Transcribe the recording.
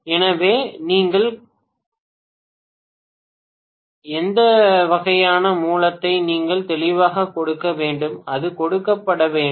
எனவே நீங்கள் கடைபிடிக்கத் தெரிந்த எந்த வகையான மூலத்தை நீங்கள் தெளிவாகக் கொடுக்க வேண்டும் அது கொடுக்கப்பட வேண்டும்